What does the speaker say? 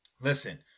Listen